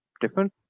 different